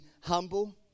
humble